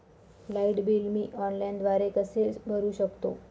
Light bill मी ऑनलाईनद्वारे कसे भरु शकतो?